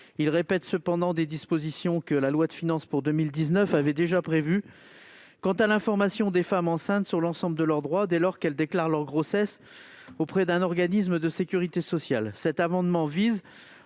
Il répète cependant des dispositions que la loi de financement de la sécurité sociale pour 2019 avait déjà prévues quant à l'information des femmes enceintes sur l'ensemble de leurs droits, dès lors qu'elles déclarent leur grossesse auprès d'un organisme de sécurité sociale.